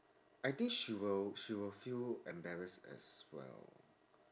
I think she will she will feel embarrassed as well